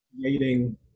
creating